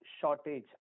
shortage